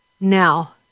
now